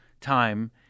time